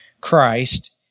Christ